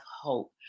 hope